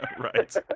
Right